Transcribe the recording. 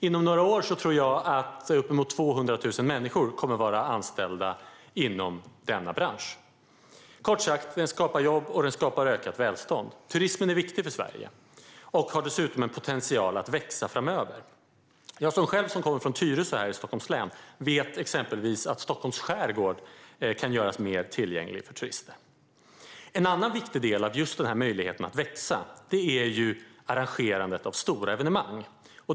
Inom några år tror jag att uppemot 200 000 människor kommer att vara anställda inom denna bransch. Kort sagt: Turismen skapar jobb och ett ökat välstånd. Turismen är viktig för Sverige och har dessutom en potential att växa framöver. Jag kommer själv från Tyresö i Stockholms län, och jag vet exempelvis att Stockholms skärgård kan göras mer tillgänglig för turister. En annan viktig del av möjligheten att växa är arrangerandet av stora evenemang.